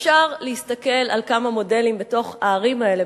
אפשר להסתכל על כמה מודלים בתוך הערים האלה,